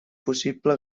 possible